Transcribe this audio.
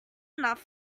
enough